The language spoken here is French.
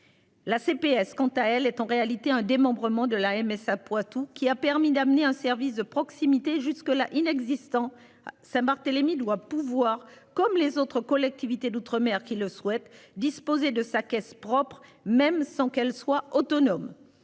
La CPS, quant à elle est en réalité un démembrement de la MSA Poitou qui a permis d'amener un service de proximité jusque-là inexistant à Saint-Barthélemy doit pouvoir comme les autres collectivités d'outre-mer qui le souhaitent, disposer de sa caisse propre même sans qu'elle soit autonome.